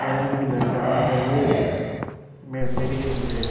வேளாங்கண்ணி தர்காங்குறது பெரிய ரெண்டு